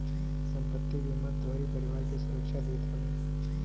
संपत्ति बीमा तोहरी परिवार के सुरक्षा देत हवे